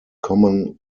common